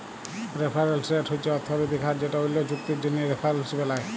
referrals rate হছে অথ্থলৈতিক হার যেট অল্য চুক্তির জ্যনহে রেফারেলস বেলায়